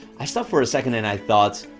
i stopped for a second and i thought,